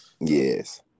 Yes